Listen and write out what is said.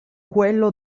quello